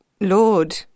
Lord